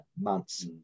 months